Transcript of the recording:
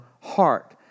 heart